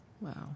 Wow